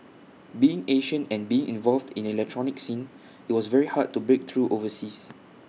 being Asian and being involved in the electronic scene IT was very hard to break through overseas